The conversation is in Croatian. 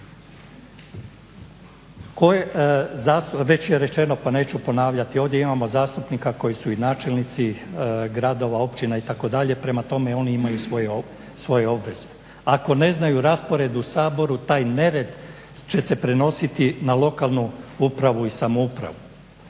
Već je rečeno pa neću ponavljati ovdje imamo zastupnika koji su načelnici gradova, općina itd. prema tome oni imaju svoje obveze, ako ne znaju raspored u Saboru taj nered će se prenositi na lokalnu upravu i samoupravu.